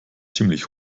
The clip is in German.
ziemlich